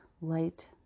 light